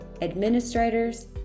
administrators